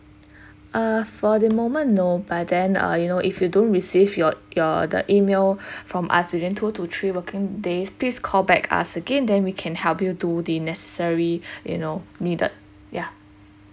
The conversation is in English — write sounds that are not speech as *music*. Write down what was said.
*breath* uh for the moment no but then uh you know if you don't receive your your the email *breath* from us within two to three working days please call back us again then we can help you do the necessary *breath* you know needed yeah